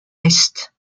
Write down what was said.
est